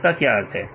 इसका क्या अर्थ है